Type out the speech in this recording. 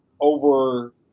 over